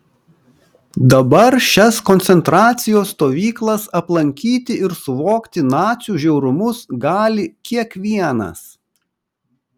dabar šias koncentracijos stovyklas aplankyti ir suvokti nacių žiaurumus gali kiekvienas